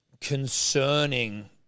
concerning